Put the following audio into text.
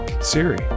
siri